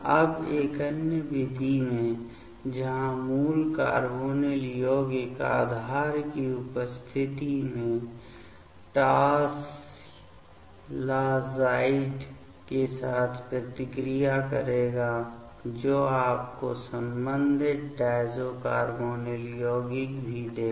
अब एक अन्य विधि में जहां मूल कार्बोनिल यौगिक आधार की उपस्थिति में टॉसिलाज़ाइड के साथ प्रतिक्रिया करेगा जो आपको संबंधित डायज़ो कार्बोनिल यौगिक भी देगा